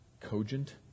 cogent